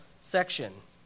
section